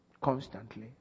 constantly